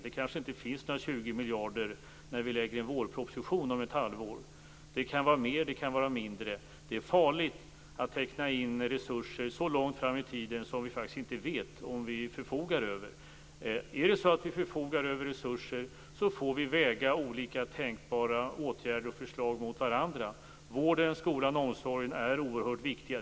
Det kanske inte finns några 20 miljarder när vi lägger fram vårpropositionen om ett halvår. Det kan finnas mer och det kan finnas mindre. Det är farligt att teckna in resurser så långt fram i tiden som vi faktiskt inte vet om vi förfogar över. Om vi förfogar över resurser får vi väga olika tänkbara åtgärder och förslag mot varandra. Vården, skolan och omsorgen är oerhört viktiga.